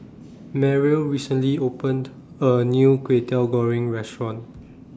Mariel recently opened A New Kway Teow Goreng Restaurant